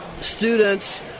students